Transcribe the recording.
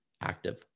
active